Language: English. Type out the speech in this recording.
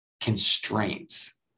constraints